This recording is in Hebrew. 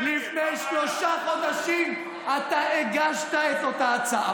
לפני שלושה חודשים אתה הגשת את אותה הצעה.